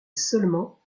seulement